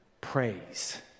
Praise